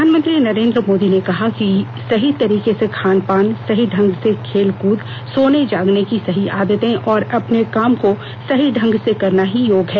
प्रधानमंत्री नरेन्द्र मोदी ने कहा कि सही तरीके से खानपान सही ढंग से खेलकूद सोने जगने की सही आदतें और अपने काम को सही ढंग से करना ही योग है